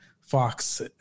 Fox